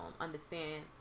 understand